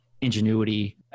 ingenuity